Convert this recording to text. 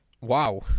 Wow